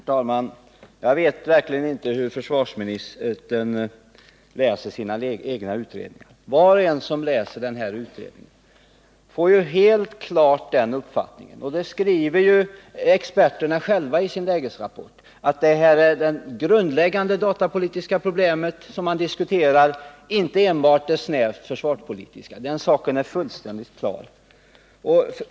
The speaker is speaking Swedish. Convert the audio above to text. Herr talman! Jag vet verkligen inte hur försvarsministern läser sina egna utredningar. Var och en som läser den här utredningen får ju uppfattningen, det skriver också experterna själva i sin lägesrapport, att det är det grundläggande datapolitiska problemet som man diskuterar och alltså inte enbart det snävt försvarspolitiska. Den saken är fullständigt klar.